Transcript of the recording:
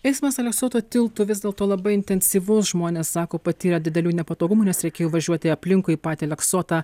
eismas aleksoto tiltu vis dėlto labai intensyvus žmonės sako patyrę didelių nepatogumų nes reikėjo važiuoti aplinkui patį aleksotą